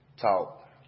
talk